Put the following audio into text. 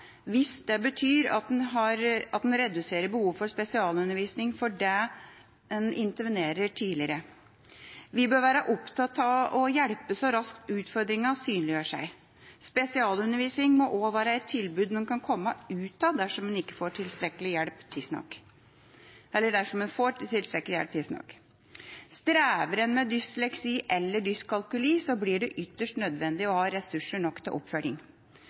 hvis det betyr at en reduserer behovet for spesialundervisning fordi en intervenerer tidligere. Vi bør være opptatt av å hjelpe så raskt utfordringene kommer til syne. Spesialundervisning må også være et tilbud en kan komme ut av dersom en får tilstrekkelig hjelp tidsnok. Strever en med dysleksi eller dyskalkuli, blir det ytterst nødvendig å ha ressurser nok til oppfølging.